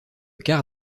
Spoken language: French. car